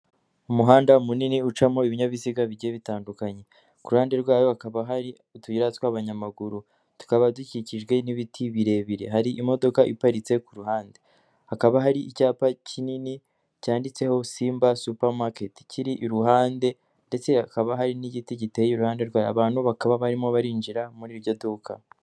Umuhanda munini ucamo ibinyabiziga bigiye bitandukanye ku ruhande rwayo hakaba hari utuyira tw'abanyamaguru tukaba dukikijwe n'ibiti birebire hari imodoka iparitse ku ruhande, hakaba hari icyapa kinini cyanditseho Simba supamaketi kiri iruhande ndetse hakaba hari n'igiti giteye iruhande rwe abantu bakaba barimo barinjira muri iryo duka.